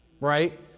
right